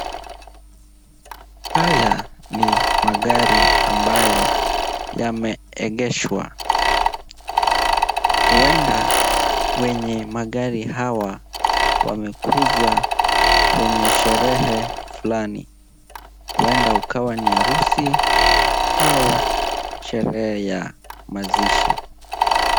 Haya ni magari ambayo yameegeshwa. Huenda wenye magari hawa wamekuja kwenye sherehe fulani. Huenda hukawa ni harusi au sherehe ya mazishi.